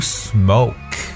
smoke